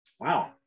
wow